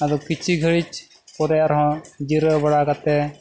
ᱟᱫᱚ ᱠᱤᱪᱷᱩ ᱜᱷᱟᱹᱲᱤᱡ ᱯᱚᱨᱮ ᱟᱨᱦᱚᱸ ᱡᱤᱨᱟᱹᱣ ᱵᱟᱲᱟ ᱠᱟᱛᱮᱫ